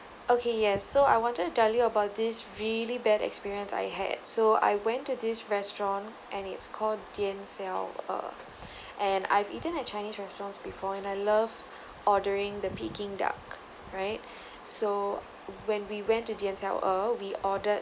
okay yes so I wanted to tell you about this really bad experience I had so I went to this restaurant and it's called dian xiao er and I've eaten at chinese restaurants before and I love ordering the peking duck right so when we went to dian xiao er we ordered